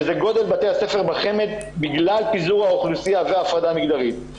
גודל בתי הספר בחמ"ד בגלל פיזור האוכלוסייה וההפרדה המגדרית,